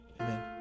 Amen